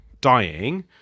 dying